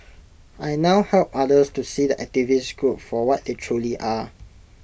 I now help others to see the activist group for what they truly are